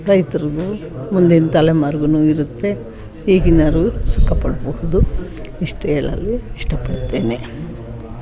ರೈತ್ರಿಗೂ ಮುಂದಿನ ತಲೆಮಾರ್ಗು ಇರುತ್ತೆ ಈಗಿನವರೂ ಸುಖಪಡಬಹುದು ಇಷ್ಟು ಹೇಳಲು ಇಷ್ಟಪಡ್ತೇನೆ